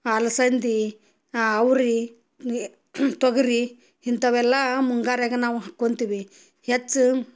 ಅಲ್ಸಂದಿ ಅವ್ರೀ ನೀ ತೊಗರಿ ಇಂಥವೆಲ್ಲಾ ಮುಂಗಾರ್ಯಾಗ ನಾವು ಹಾಕೊತೀವಿ ಹೆಚ್ಚು